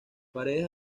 paredes